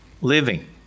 living